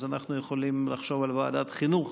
כך שאנחנו יכולים לחשוב על ועדת חינוך